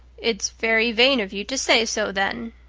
it's very vain of you to say so then.